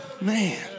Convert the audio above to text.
Man